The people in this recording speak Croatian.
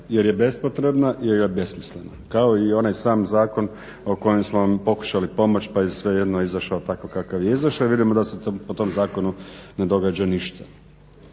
jer je bespotrebna, jer je besmislena. Kao i onaj sam zakon o kojem smo vam pokušali pomoć pa je svejedno izašao tako kakav je izašao i vidimo da se po tom zakonu ne događa ništa.